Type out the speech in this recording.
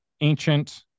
ancient